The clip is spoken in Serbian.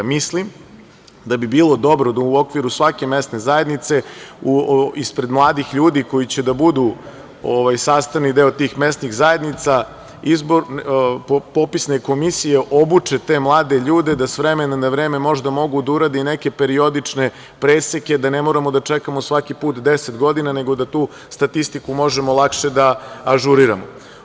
Mislim da bi bilo dobro da u okviru svake mesne zajednice, ispred mladih ljudi koji će da budu sastavni deo tih mesnih zajednica, popisne komisije obuče te mlade ljude, da s vremena na vreme možda mogu da urade i neke periodične preseke, da ne moramo da čekamo svaki put deset godina, nego da tu statistiku možemo lakše da ažuriramo.